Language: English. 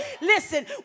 Listen